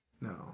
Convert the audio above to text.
No